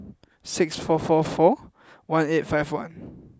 six four four four one eight five one